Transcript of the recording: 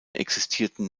existierten